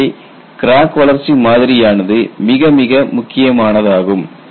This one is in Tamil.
எனவே கிராக் வளர்ச்சி மாதிரியானது மிகமிக முக்கியமானதாகும்